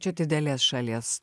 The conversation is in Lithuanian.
čia didelės šalies